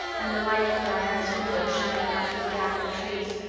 and the light from diana's window shining out through the gap in the trees.